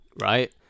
right